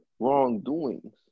wrongdoings